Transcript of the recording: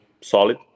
solid